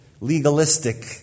legalistic